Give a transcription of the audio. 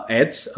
ads